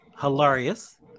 hilarious